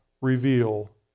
reveal